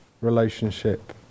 relationship